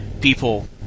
people